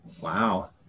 Wow